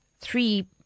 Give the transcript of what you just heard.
three